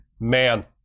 man